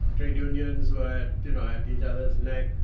trade unions were you know at each other's neck,